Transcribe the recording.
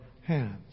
hands